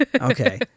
Okay